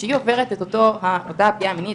כשהיא עוברת את אותה פגיעה מינית,